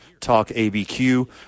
TalkABQ